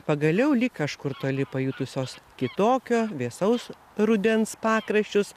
pagaliau lyg kažkur toli pajutusios kitokio vėsaus rudens pakraščius